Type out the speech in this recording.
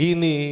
Ini